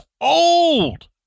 old